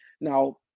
Now